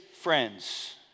friends